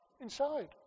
inside